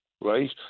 right